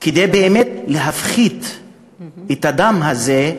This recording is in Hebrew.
כדי באמת להפחית את הדם הזה,